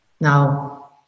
Now